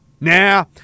Nah